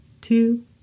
two